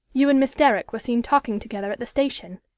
you and miss derrick were seen talking together at the station?